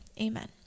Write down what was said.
amen